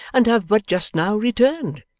and have but just now returned.